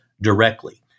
directly